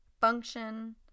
function